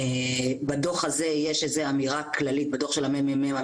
בדו"ח הזה של הממ"מ יש איזה אמירה כללית על